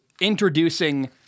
introducing